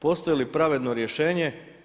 Postoji li pravedno rješenje?